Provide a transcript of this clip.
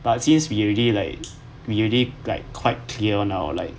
but since we already like we already like quite clear on our like